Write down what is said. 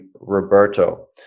Roberto